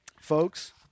Folks